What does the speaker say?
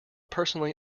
personally